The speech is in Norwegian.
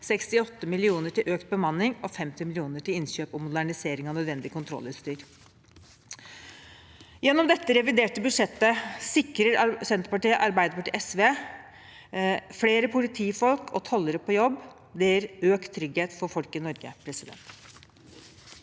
68 mill. kr til økt bemanning og 50 mill. kr til innkjøp og modernisering av nødvendig kontrollutstyr. Gjennom dette reviderte budsjettet sikrer Senterpartiet, Arbeiderpartiet og SV flere politifolk og tollere på jobb. Det gir økt trygghet for folk i Norge. Alfred Jens